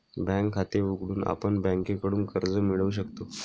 bank खाते उघडून आपण बँकेकडून कर्ज मिळवू शकतो